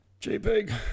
jpeg